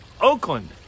Oakland